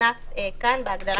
נכנס כאן בהגדרה.